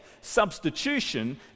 substitution